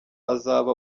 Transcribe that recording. azaba